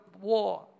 war